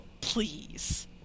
please